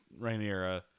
Rhaenyra